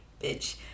bitch